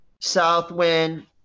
Southwind